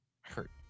Hurt